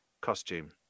costume